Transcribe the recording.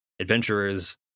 adventurers